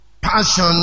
passion